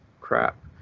crap